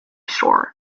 shaw